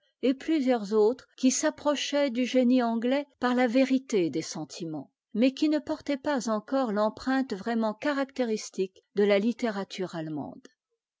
et plusieurs autres qui s'approchaient du génie anglais par la vérité des sentiments mais qui ne portaient pas encore l'empreinte vraiment caractéristique de la littérature allemande